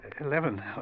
Eleven